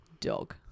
Dog